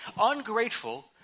ungrateful